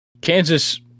Kansas